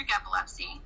epilepsy